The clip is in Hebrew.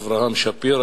אברהם שפירא,